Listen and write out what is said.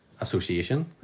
association